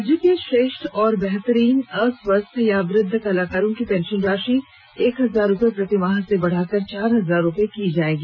राज्य के श्रेष्ठ एवं बेहतरीन अस्वस्थ वृद्ध कलाकारों की पेंशन राशि एक हजार रुपए प्रतिमाह से बढ़ाकर चार हजार रुपए की जाएगी